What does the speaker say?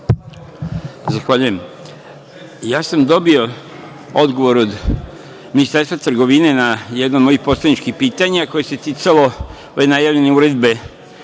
Zahvaljujem. Dobio sam odgovor od Ministarstva trgovine na jedno od mojih poslaničkih pitanja koje se ticalo ove najavljene uredbe